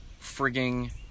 frigging